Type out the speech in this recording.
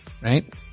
right